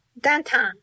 Danton